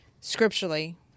scripturally